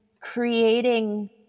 creating